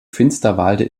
finsterwalde